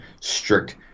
strict